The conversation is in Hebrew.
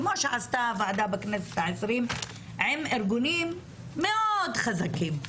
כמו שעשתה הוועדה בכנסת ה-20 עם ארגונים מאוד חזקים,